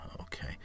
Okay